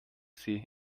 sie